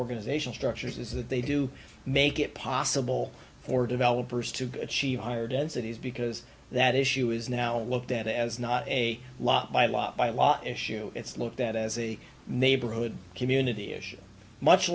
organizational structures is that they do make it possible for developers to achieve higher densities because that issue is now looked at as not a lot by a lot by law issue it's looked at as a neighborhood community